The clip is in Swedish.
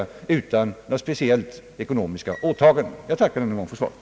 Jag tackar, herr talman, än en gång för svaret.